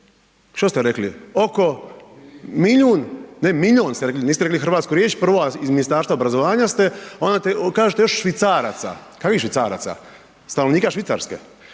što ste rekli oko milijun, ne milijon ste rekli hrvatsku riječ prvo, a iz Ministarstva obrazovanja ste, a onda kažete još švicaraca, kakvih švicaraca, stanovnika Švicarske.